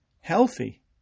healthy